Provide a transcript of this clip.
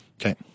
Okay